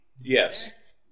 Yes